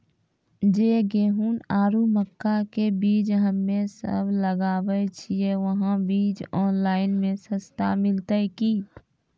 जे गेहूँ आरु मक्का के बीज हमे सब लगावे छिये वहा बीज ऑनलाइन मे सस्ता मिलते की?